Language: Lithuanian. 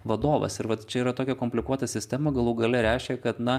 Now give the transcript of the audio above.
vadovas ir vat čia yra tokia komplikuota sistema galų gale reiškia kad na